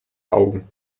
augen